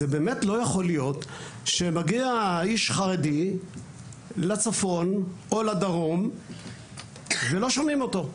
זה באמת לא יכול להיות שמגיע איש חרדי לצפון או לדרום ולא שומעים אותו,